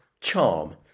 charm